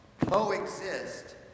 coexist